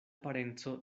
parenco